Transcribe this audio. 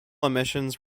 omissions